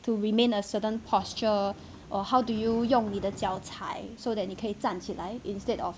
to remain a certain posture or how do you 用你的脚踩 so that 你可以站起来 instead of